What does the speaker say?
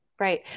Right